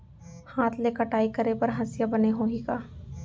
हाथ ले कटाई करे बर हसिया बने होही का?